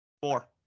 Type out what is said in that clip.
four